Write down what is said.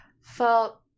felt